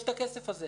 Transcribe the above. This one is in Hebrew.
יש את הכסף הזה.